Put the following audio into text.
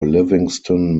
livingston